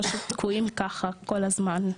פשוט תקועים ככה כל הזמן.